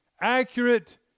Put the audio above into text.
accurate